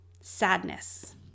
sadness